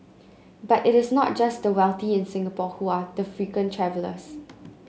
but it is not just the wealthy in Singapore who are the frequent travellers